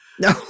No